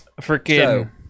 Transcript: freaking